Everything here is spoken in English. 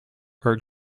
are